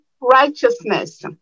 righteousness